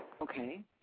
okay